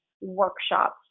workshops